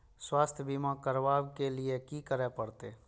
स्वास्थ्य बीमा करबाब के लीये की करै परतै?